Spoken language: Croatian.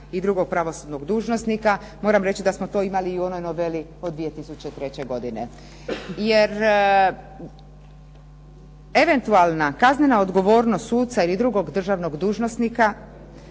i drugog pravosudnog dužnosnika. Moram reći da smo to imali i u onoj noveli od 2003. godine. Jer eventualna kaznena odgovornost suca ili drugog državnog dužnosnika